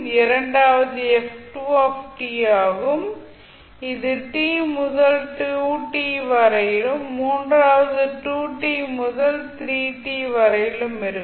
இரண்டாவது ஆகும் இது t முதல் 2t வரையிலும் மூன்றாவது 2t முதல் 3t வரையிலும் இருக்கும்